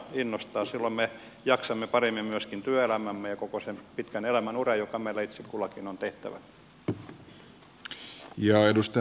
silloin me jaksamme paremmin myöskin työelämämme ja koko sen pitkän elämänuran joka meillä itse kullakin on tehtävänä